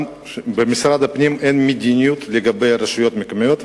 גם במשרד הפנים אין מדיניות לגבי הרשויות המקומיות,